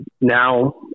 now